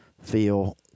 feel